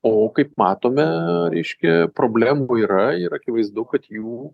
o kaip matome reiškia problemų yra ir akivaizdu kad jų